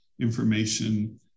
information